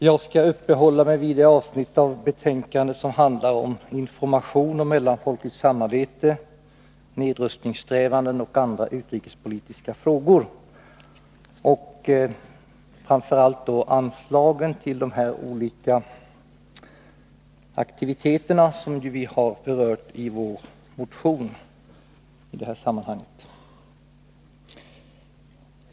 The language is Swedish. Jag skall uppehålla mig vid det avsnitt av betänkandet som handlar om information om mellanfolkligt samarbete, nedrustningssträvanden och andra utrikespolitiska frågor — framför allt anslagen till de olika aktiviteterna som vi har tagit upp i vår motion i detta sammanhang.